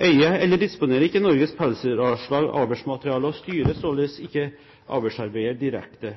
eier eller disponerer ikke Norges Pelsdyralslag avlsmateriale og styrer således ikke avlsarbeidet direkte.